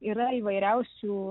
yra įvairiausių